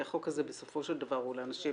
כי החוק הזה בסופו של דבר הוא לאנשים